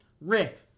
Rick